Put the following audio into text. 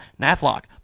Nathlock